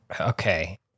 Okay